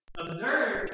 Observe